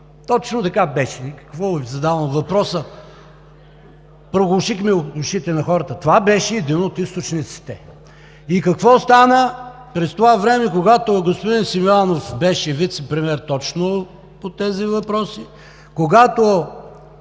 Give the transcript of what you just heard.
Точно така беше, какво Ви задавам въпроса?! Проглушихме ушите на хората – това беше един от източниците. И какво стана през това време, когато господин Симеонов беше вицепремиер точно по тези въпроси, когато